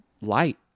light